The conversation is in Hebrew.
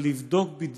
אבל הדרך אל הגיהינום,